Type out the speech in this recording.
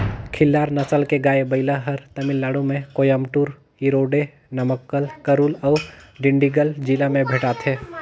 खिल्लार नसल के गाय, बइला हर तमिलनाडु में कोयम्बटूर, इरोडे, नमक्कल, करूल अउ डिंडिगल जिला में भेंटाथे